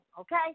okay